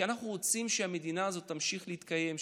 כי אנחנו רוצים שהמדינה הזאת תמשיך להתקיים,